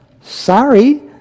Sorry